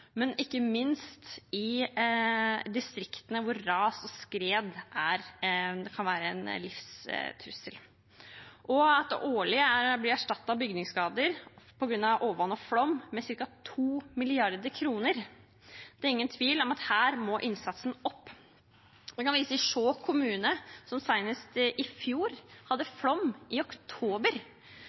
men ikke minst i distriktene hvor ras og skred kan være en livstrussel, og det blir årlig erstattet bygningsskader på grunn av overvann og flom med ca. 2 mrd. kr. Det er ingen tvil om at her må innsatsen opp. Jeg kan vise til Skjåk kommune, som senest i fjor hadde flom i oktober,